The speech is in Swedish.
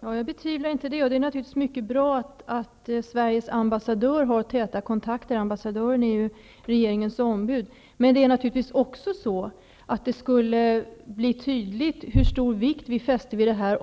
Herr talman! Det betvivlar jag inte. Det är naturligtvis mycket bra att Sveriges ambassadör har täta kontakter med myndigheterna. Ambassadören är ju regeringens ombud. Men om kontakterna mellan den svenska och den brasilianska regeringen vore direkta skulle det bli tydligt hur stor vikt vi fäster vid detta